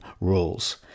rules